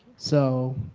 so,